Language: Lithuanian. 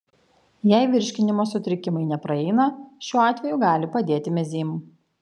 jei virškinimo sutrikimai nepraeina šiuo atveju gali padėti mezym